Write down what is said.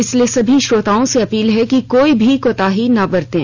इसलिए सभी श्रोताओं से अपील है कि कोई भी कोताही ना बरतें